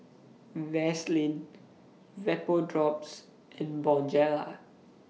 Vaselin Vapodrops and Bonjela